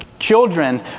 Children